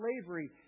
slavery